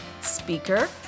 speaker